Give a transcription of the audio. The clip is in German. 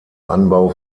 anbau